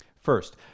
First